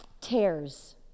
tears